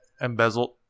embezzled